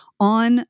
on